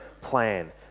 plan